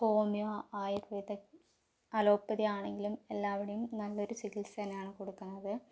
homeo Ayurveda അലോപ്പതിയാണെങ്കിലും എല്ലാവടെയും നല്ലൊരു ചികിൽസ തന്നേയാണ് കൊടുക്കുന്നത്